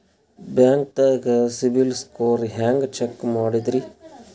ಬ್ಯಾಂಕ್ದಾಗ CIBIL score ಹೆಂಗ್ check ಮಾಡದ್ರಿ?